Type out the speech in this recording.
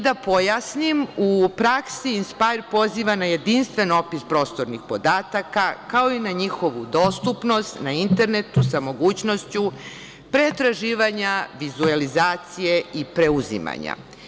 Da pojasnim, u praksi Inspajrd poziva na jedinstven opis prostornih podataka, kao i na njihovu dostupnost na internetu sa mogućnošću pretraživanja, vizuelizacije i preuzimanja.